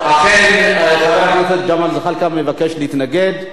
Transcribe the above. אכן, חבר הכנסת ג'מאל זחאלקה מבקש להתנגד.